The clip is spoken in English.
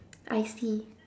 I see